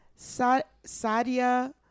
Sadia